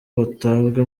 batabwe